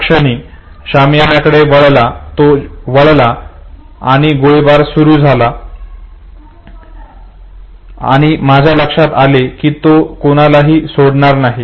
ज्या क्षणी तो शामियानाकडे वळला आणि गोळीबार सुरू केला आणि माझ्या लक्षात आले की तो कोणालाही सोडणार नाही